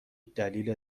دلیل